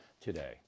today